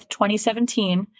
2017